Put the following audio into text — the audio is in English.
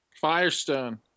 Firestone